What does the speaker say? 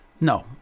No